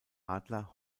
adler